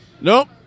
Nope